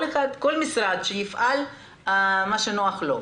שכל משרד יפעל כפי שנוח לו.